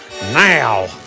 Now